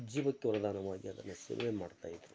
ಜೀವಕ್ಕೆ ವರದಾನವಾಗಿ ಅದನ್ನು ಮಾಡ್ತಾ ಇದ್ದರು